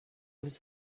was